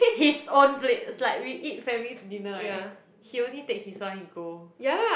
his own plate it's like we eat family dinner eh he only take his one he go